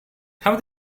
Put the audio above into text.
how